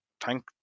thank